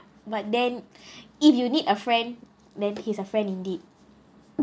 but then if you need a friend then he's a friend indeed